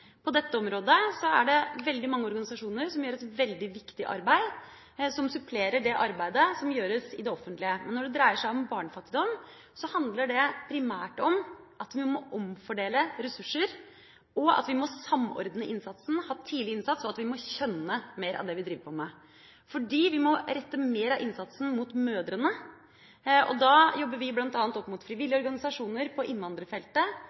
På dette området er det veldig mange organisasjoner som gjør et veldig viktig arbeid som supplerer det arbeidet som gjøres i det offentlige. Når det gjelder barnefattigdom, handler det primært om å omfordele ressurser og samordne innsatsen – ha tidlig innsats. Vi må skjønne mer av det vi driver med, fordi vi må rette mer av innsatsen mot mødrene. Da jobber vi bl.a. opp mot frivillige organisasjoner – kvinneorganisasjoner – på innvandrerfeltet.